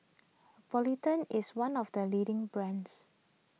Polident is one of the leading brands